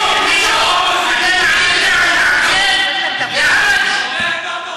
בסיפורים זה לא פתרון, אתם מעלים על דעתכם, ?